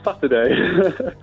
Saturday